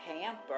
pamper